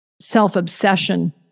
self-obsession